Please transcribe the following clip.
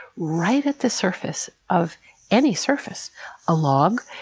right at the surface of any surface a log,